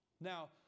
now